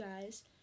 guys